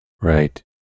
right